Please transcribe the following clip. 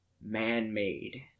man-made